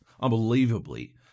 unbelievably